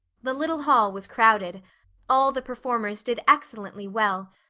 the little hall was crowded all the performers did excellently well,